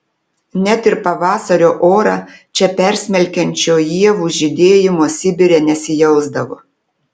net ir pavasario orą čia persmelkiančio ievų žydėjimo sibire nesijausdavo